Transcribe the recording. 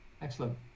Excellent